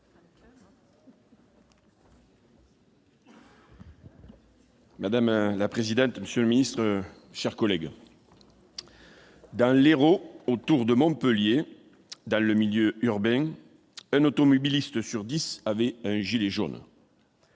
Madame la présidente, monsieur le ministre, chers collègues, dans l'Hérault, autour de Montpellier, dans le milieu urbain, un automobiliste sur 10 avaient un gilet jaune.